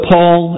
Paul